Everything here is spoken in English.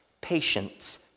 patience